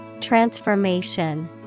Transformation